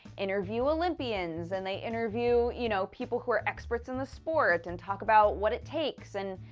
interview olympians, and they interview, you know, people who are experts in the sport. and talk about what it takes, and,